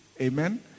Amen